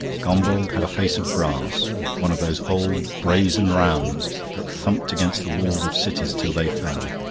gombauld had a face of brass one of those old, brazen rams that thumped against the walls of cities till they fell.